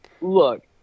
Look